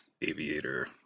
aviator